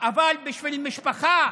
אבל בשביל משפחה